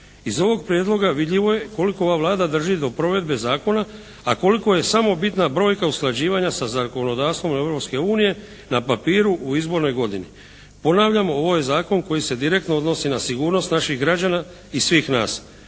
Iz ovog Prijedloga vidljivo je koliko ova Vlada drži do provedbe zakona, a koliko je samo bitna brojka usklađivanja sa zakonodavstvom Europske unije na papiru u izbornoj godini. Ponavljam ovo je Zakon koji se direktno odnosi na sigurnost naših građana i svih nas.